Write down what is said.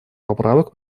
поправок